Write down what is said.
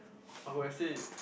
I would have said it